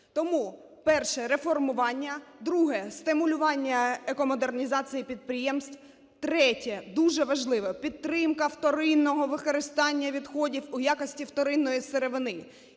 Тому перше – реформування, друге – стимулювання екомодернізації підприємств; третє, дуже важливе – підтримка вторинного використання відходів у якості вторинної сировини.